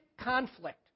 conflict